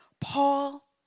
Paul